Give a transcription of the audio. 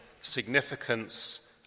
significance